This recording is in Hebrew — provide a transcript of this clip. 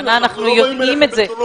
אנחנו יודעים את זה.